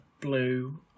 blue